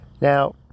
Now